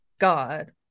God